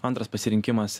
antras pasirinkimas